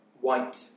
white